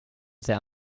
sehr